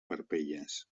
parpelles